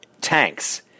tanks